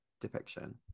depiction